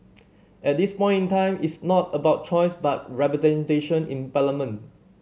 at this point in time it's not about choice but representation in parliament